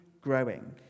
growing